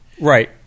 Right